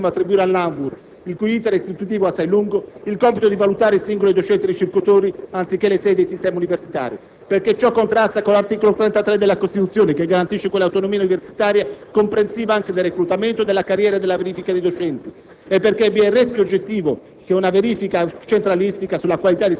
va rilevato, a proposito del comma l-*bis*, che è gravissimo attribuire all'ANVUR (il cui *iter* istitutivo è assai lungo) il compito di valutare i singoli docenti-ricercatori, anziché le sedi e i sistemi universitari. Ciò contrasta infatti con l'articolo 33 della Costituzione, che garantisce quell'autonomia universitaria comprensiva anche del reclutamento, della carriera e della verifica dei docenti. Vi è inoltre il rischio oggettivo